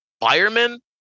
firemen